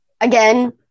again